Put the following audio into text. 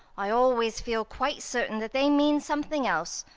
i always feel quite certain that they mean something else.